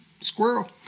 Squirrel